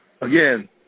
Again